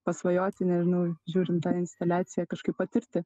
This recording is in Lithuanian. pasvajoti nežinau žiūrint tą instaliaciją kažkaip patirti